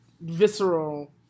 visceral